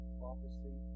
prophecy